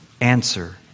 answer